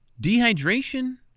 dehydration